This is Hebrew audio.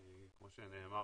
כמו שנאמר